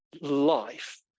life